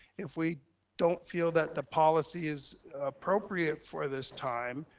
if we don't feel that the policy is appropriate for this time,